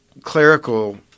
Clerical